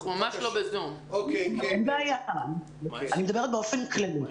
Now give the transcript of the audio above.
--- אני מדברת באופן כללי.